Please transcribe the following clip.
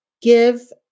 give